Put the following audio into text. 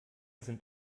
sind